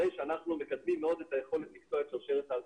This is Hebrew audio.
הרי שאנחנו מקדמים מאות את היכולת לקטוע את שרשרת ההדבקה.